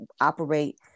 operate